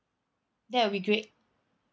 that would be great